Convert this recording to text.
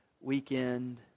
weekend